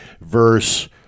verse